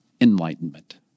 enlightenment